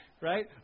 Right